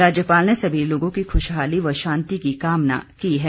राज्यपाल ने सभी लोगों की खुशहाली व शांति की कामना की है